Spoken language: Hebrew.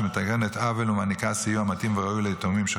שמתקנת עוול ומעניקה סיוע מתאים וראוי ליתומים של